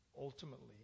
Ultimately